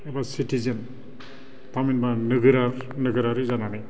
एबा सिटिजेन थामहिनबा नोगोरारि जानानै